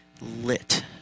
lit